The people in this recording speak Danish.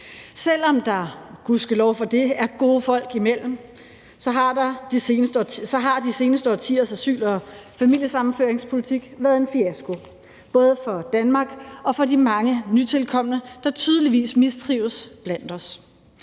for det, er gode folk imellem, har de seneste årtiers asyl- og familiesammenføringspolitik været en fiasko både for Danmark og for de mange nytilkomne, der tydeligvis mistrives iblandt os.